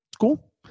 cool